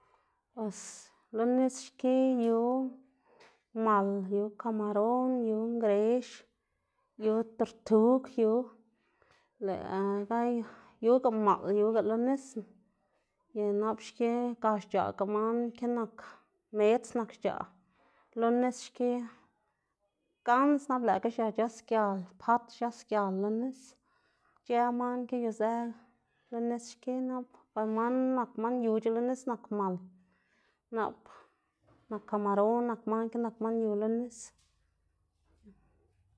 bos lo nis xki yu mal, yu kamaron, yu ngwrex, yu tortug yu, lëꞌ ga yuga maꞌl yuga lo nisna, y nap xki ga xc̲h̲aꞌga man ki nak medz nak xc̲h̲aꞌ lo nis xki, gans nap lëꞌkga xia c̲h̲asgial, pat c̲h̲asgial lo nis, ic̲h̲ë man ki yuzë lo nis xki nap lëꞌ man nak man yuc̲h̲a lo nis nak mal, nap nak kamaron nak man ki nak man yu lo nis.